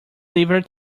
lever